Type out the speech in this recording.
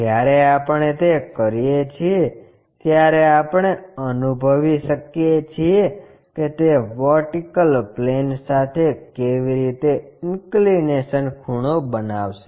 જ્યારે આપણે તે કરીએ છીએ ત્યારે આપણે અનુભવી શકીએ છીએ કે તે વર્ટિકલ પ્લેન સાથે કેવી રીતે ઇનકલીનેશન ખૂણો બનાવશે